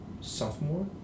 Sophomore